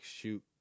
shoot